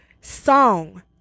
song